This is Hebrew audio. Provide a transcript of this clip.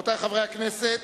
רבותי חברי הכנסת,